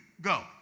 go